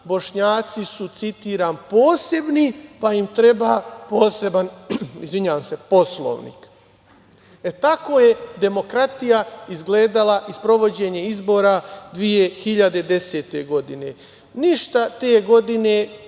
Bošnjaci su posebni pa im treba poseban poslovnik.E, tako je demokratija izgledala i sprovođenje izbora 2010. godine. Ništa te godine,